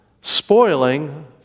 spoiling